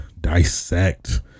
dissect